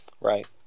Right